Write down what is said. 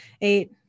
eight